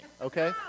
okay